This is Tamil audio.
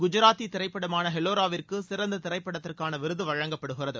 குஜராத்தி திரைப்படமான எல்லாரோவிற்கு சிறந்த திரைப்படத்திற்கான விருது வழங்கப்படுகிறது